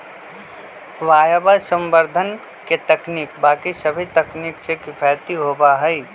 वायवसंवर्धन के तकनीक बाकि सभी तकनीक से किफ़ायती होबा हई